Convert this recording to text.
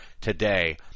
today